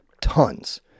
Tons